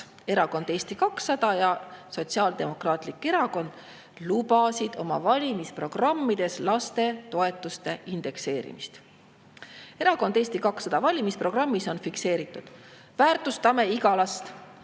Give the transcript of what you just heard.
Erakond Eesti 200 ja Sotsiaaldemokraatlik Erakond, lubasid oma valimisprogrammides lastetoetuste indekseerimist. Erakonna Eesti 200 valimisprogrammis on fikseeritud: "Väärtustame iga last!